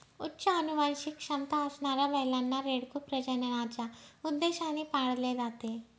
उच्च अनुवांशिक क्षमता असणाऱ्या बैलांना, रेडकू प्रजननाच्या उद्देशाने पाळले जाते